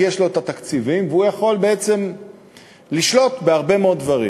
כי יש לו תקציבים והוא יכול בעצם לשלוט בהרבה מאוד דברים,